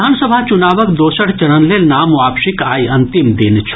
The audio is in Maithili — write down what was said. विधानसभा चुनावक दोसर चरण लेल नाम वापसीक आइ अंतिम दिन छल